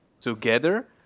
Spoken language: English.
together